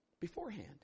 Beforehand